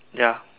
ya